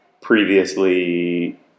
previously